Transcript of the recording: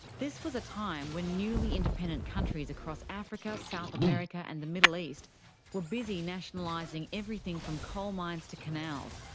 this was a time when newly independent countries across africa, south america and the middle east were busy nationalising everything from coalmines to canals,